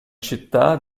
città